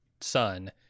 son